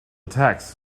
tax